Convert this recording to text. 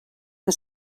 que